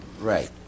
Right